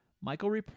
Michael